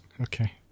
Okay